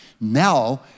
Now